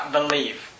Believe